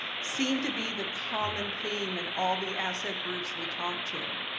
seem to be the common theme in all the asset groups we talk to.